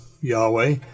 Yahweh